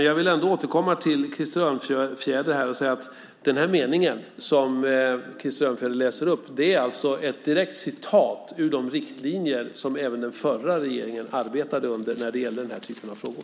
Jag vill ändå återkomma till Krister Örnfjäder och säga att den mening som han läser upp är ett direkt citat ur de riktlinjer som även den förra regeringen arbetade efter när det gäller den här typen av frågor.